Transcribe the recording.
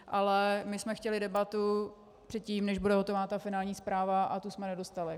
Ale my jsme chtěli debatu předtím, než bude hotova finální zpráva, a tu jsme nedostali.